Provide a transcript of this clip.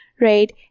right